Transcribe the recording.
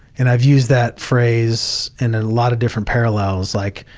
and i've used that phrase in a lot of different parallels, like,